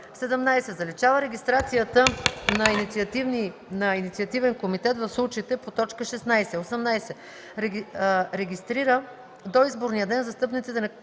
17. заличава регистрацията на инициативен комитет в случаите по т. 16; 18. регистрира до изборния ден застъпниците на